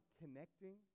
connecting